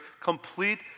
complete